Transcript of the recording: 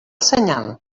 senyal